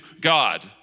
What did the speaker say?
god